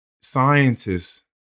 scientists